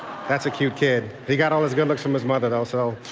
that's a cute kid. he got all his good looks from his mother though, so.